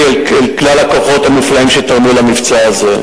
אל כלל הכוחות המופלאים שתרמו למבצע הזה,